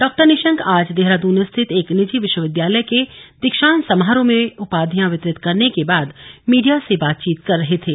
डॉ निशंक आज देहरादन स्थित एक निजी विश्वविद्यालय के दीक्षांत समारोह में उपाधियां वितरित करने के बाद मीडिया से बातचीत कर रहे थे